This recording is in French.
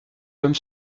comme